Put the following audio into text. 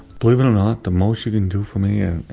believe it or not the most you can do for me and